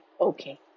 Okay